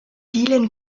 dielen